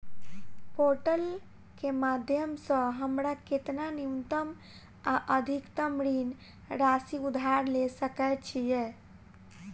Portal केँ माध्यम सऽ हमरा केतना न्यूनतम आ अधिकतम ऋण राशि उधार ले सकै छीयै?